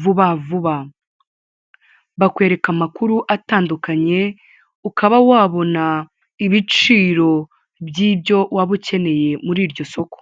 vubavuba bakwereka amakuru atandukanye ukaba wabona ibiciro by'ibyo waba ukeneye muri iryo soko.